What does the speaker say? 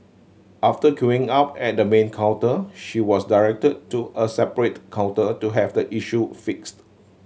after queuing up at the main counter she was directed to a separate counter to have the issue fixed